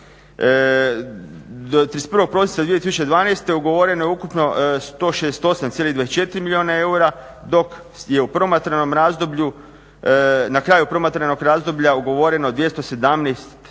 Do 31. prosinca 2012. ugovoreno je ukupno 168,24 milijuna eura, dok je u promatranom razdoblju, na kraju promatranog razdoblja ugovoreno 217,96 milijuna